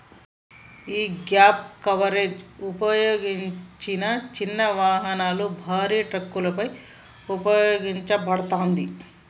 యీ gap coverage ఉపయోగించిన చిన్న వాహనాలు, భారీ ట్రక్కులపై ఉపయోగించబడతాది